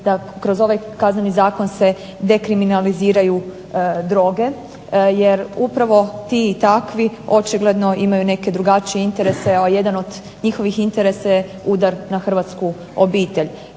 da kroz ovaj Kazneni zakon se dekriminaliziraju droge jer upravo ti i takvi očigledno imaju neke drugačije interese, a jedan od njihovih interesa je udar na hrvatsku obitelj.